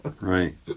right